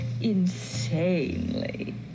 Insanely